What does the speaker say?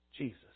Jesus